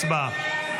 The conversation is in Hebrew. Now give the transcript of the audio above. הצבעה.